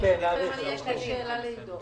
לי שאלה לעידו.